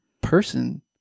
person